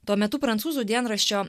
tuo metu prancūzų dienraščio